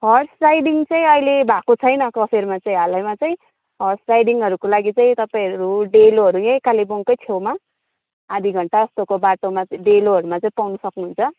horse riding चाहिँ अहिले भएको छैन कफेरमा चाहिँ हालैमा चाहिँ हर्स राइडिङहरूको लागि चाहिँ तपाईँहरू डेलोहरू यही कालेबुङकै छेउमा आधा घन्टा जस्तोको बाटोमा चाहिँ डेलोहरूमा चाहिँ पाउनु सक्नुहुन्छ